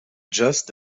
just